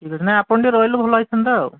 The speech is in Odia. ଠିକ୍ ଅଛି ନାଇଁ ଆପଣ ଟିକିଏ ରହିଲେ ଭଲ ହୋଇଥାନ୍ତା ଆଉ